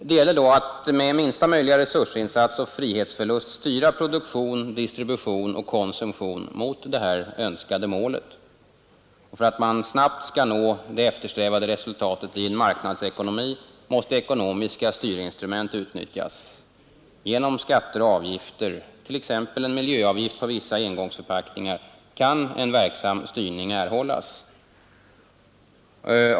Det gäller då att med minsta möjliga resursinsats och frihetsförlust styra produktion, distribution och konsumtion mot det önskade målet. För att man snabbt skall nå det eftersträvade resultatet i en marknadsekonomi måste ekonomiska styrinstrument utnyttjas. Genom skatter och avgifter, t.ex. en miljöavgift på vissa engångsförpackningar, kan en verksam styrning erhållas.